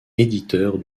éditeur